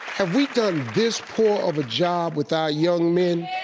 have we done this poor of a job with our young men?